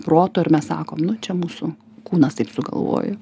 proto ir mes sakom nu čia mūsų kūnas taip sugalvojo